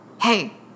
Hey